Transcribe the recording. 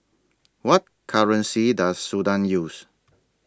What currency Does Sudan use